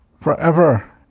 forever